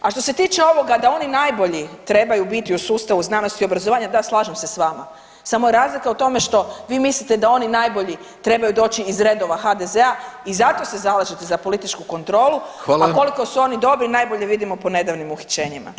A štose tiče ovoga da oni najbolji trebaju biti u sustavu znanosti i obrazovanja da, slažem se sa vama samo je razlika u tome što vi mislite da oni najbolji trebaju doći iz redova HDZ-a i zato se zalažete za političku kontrolu, a koliko su oni dobri najbolje vidimo po nedavnim uhićenjima.